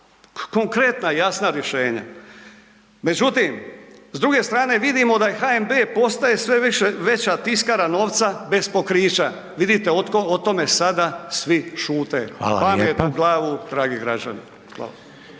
konkretna, jasna rješenja. Međutim, s druge strane vidimo da HNB postaje sve veća tiskara novca bez pokrića, vidite o tome sada svi šute. Pamet